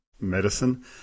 medicine